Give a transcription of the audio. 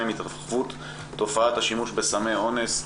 עם התרחבות תופעת השימוש בסמי אונס.